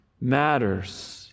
matters